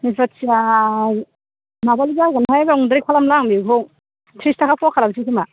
नेसफाथिया माबाल' जागोनहाय बांद्राय खालामला आं बेखौ थ्रिस थाखा फवा खालामसै खोमा